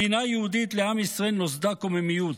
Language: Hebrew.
מדינה יהודית לעם ישראל, נוסדה קוממיות,